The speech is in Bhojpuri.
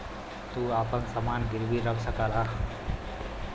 तू आपन समान गिर्वी रख सकला